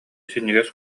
синньигэс